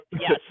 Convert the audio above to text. Yes